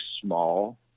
small